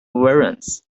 warrants